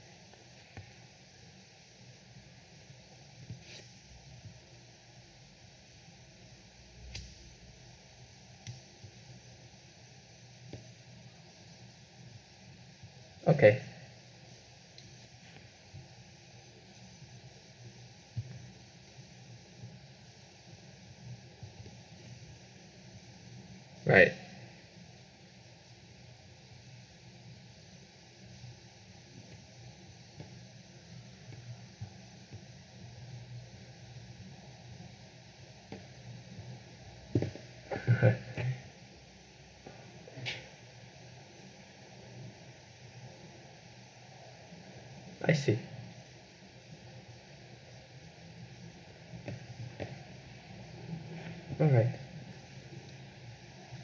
okay right I see alright